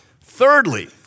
Thirdly